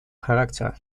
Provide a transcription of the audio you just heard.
характера